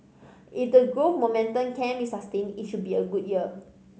if the growth momentum can be sustained it should be a good year